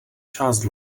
část